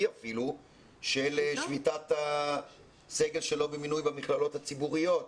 אפילו של שביתת הסגל שלא במינוי במכללות הציבוריות.